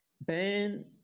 ban